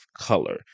color